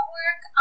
work